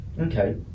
Okay